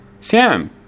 Sam